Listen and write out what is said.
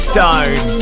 Stone